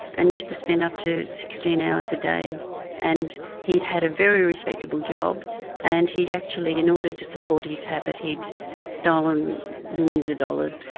and used to spend up to sixteen hours a day and he'd had a very respectable job and he actually, in order to support his habit, he'd stolen millions of dollars.